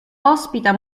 ospita